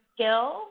skill